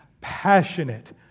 passionate